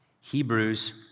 Hebrews